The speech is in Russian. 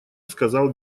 сказал